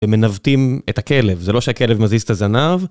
ומנוותים את הכלב, זה לא שהכלב מזיז את הזנב.